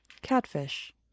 Catfish